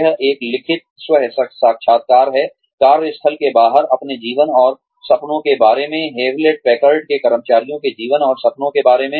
यह एक लिखित स्व साक्षात्कार है कार्यस्थल के बाहर अपने जीवन और सपनों के बारे में हेवलेट पैकर्ड के कर्मचारियों के जीवन और सपनों के बारे में